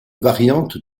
variante